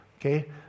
Okay